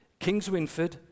Kingswinford